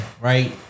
Right